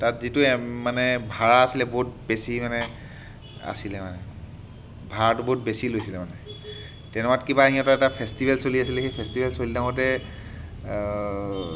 তাত যিটো মানে ভাড়া আছিলে বহুত বেছি মানে আছিলে মানে ভাৰাটো বহুত বেছি লৈছিলে মানে তেনেকুৱাত কিবা সিহঁতৰ এটা ফেষ্টিভেল চলি আছিলে সেই ফেষ্টিভেল চলি থাকোঁতে